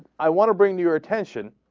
i want to bring your attention